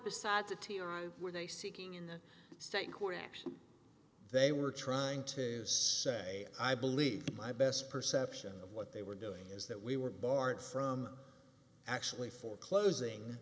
tiang were they seeking in the state court action they were trying to say i believe my best perception of what they were doing is that we were barred from actually foreclosing